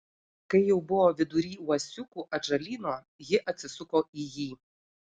kai jau buvo vidury uosiukų atžalyno ji atsisuko į jį